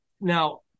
now